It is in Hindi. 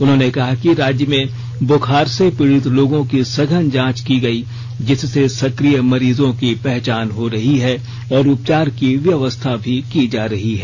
उन्होंने कहा कि राज्य में बुखार से पीड़ित लोगों की सघन जांच की गई जिससे सक्रिय मरीजों की पहचान हो रही है और उपचार की व्यवस्था भी की जा रही है